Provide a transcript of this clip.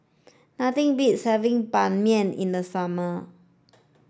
nothing beats having Ban Mian in the summer